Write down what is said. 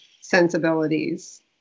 sensibilities